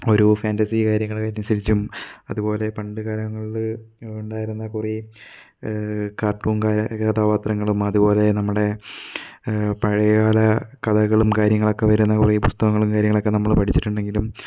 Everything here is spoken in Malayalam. ഓരോ ഫാൻ്റസി കാര്യങ്ങളൊക്കെ അനുസരിച്ചും അതുപോലെ പണ്ട് കാലങ്ങളില് ഉണ്ടായിരുന്ന കുറേ കാർട്ടൂൺകാര് കഥാപാത്രങ്ങളും അതുപോലെ നമ്മുടെ പഴയകാല കഥകളും കാര്യങ്ങളൊക്കെ വരുന്ന കുറേ പുസ്തകങ്ങളും കാര്യങ്ങളൊക്കെ നമ്മള് പഠിച്ചിട്ടുണ്ടെങ്കിലും